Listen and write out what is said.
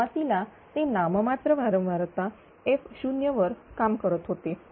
सुरुवातीला ते नाम मात्र वारंवारता f0 वर काम करत होते